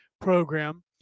program